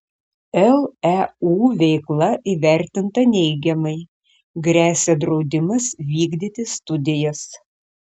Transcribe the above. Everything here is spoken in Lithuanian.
leu veikla įvertinta neigiamai gresia draudimas vykdyti studijas